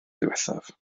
ddiwethaf